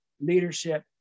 leadership